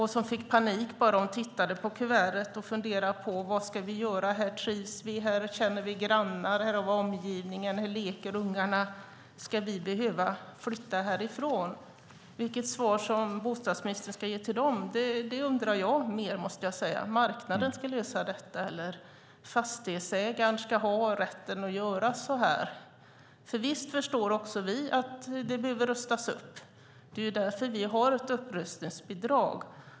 Hon fick panik bara hon tittade på kuvertet och funderade: Vad ska vi göra? Här trivs vi, här känner vi grannar, här har vi omgivningen där ungarna leker. Ska vi behöva flytta härifrån? Jag undrar mer vilket svar bostadsministern ska ge till dem, måste jag säga. Är det marknaden som ska lösa detta? Eller ska fastighetsägaren ha rätten att göra så här? Visst förstår också vi att det behöver rustas upp. Det är därför som vi har ett upprustningsbidrag.